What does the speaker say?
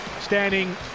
Standing